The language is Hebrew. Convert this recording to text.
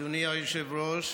אדוני היושב-ראש,